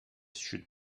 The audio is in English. should